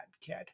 kid